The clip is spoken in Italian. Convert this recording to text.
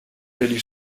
degli